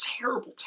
terrible